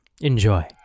enjoy